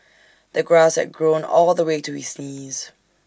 the grass had grown all the way to his knees